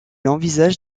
envisage